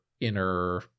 inner